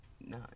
No